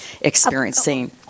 experiencing